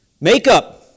makeup